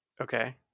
Okay